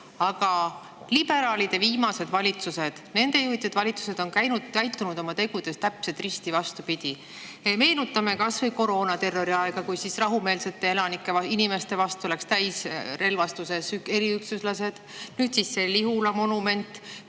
liberaalide valitsused, nende juhitud valitsused on käitunud oma tegudes täpselt risti vastupidi. Meenutame kas või koroonaterrori aega, kui rahumeelsete inimeste vastu läksid täisrelvastuses eriüksuslased. Nüüd siis Lihula monument,